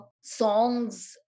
songs